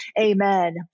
Amen